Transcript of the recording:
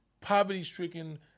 poverty-stricken